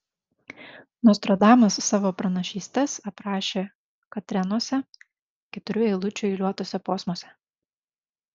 nostradamas savo pranašystes aprašė katrenuose keturių eilučių eiliuotuose posmuose